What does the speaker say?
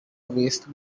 waste